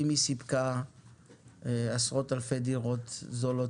אם היא סיפקה עשרות אלפי דירות זולות